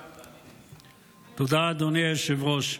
תודה, אדוני היושב-ראש.